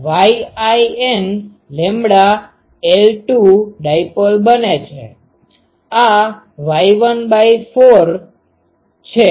તો Yin lambda 2 dipole બને છે આ Y1 4 છે